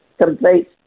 complete